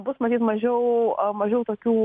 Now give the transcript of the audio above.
bus matyt mažiau mažiau tokių